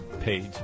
page